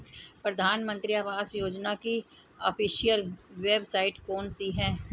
प्रधानमंत्री आवास योजना की ऑफिशियल वेबसाइट कौन सी है?